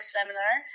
Seminar